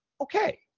okay